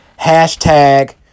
hashtag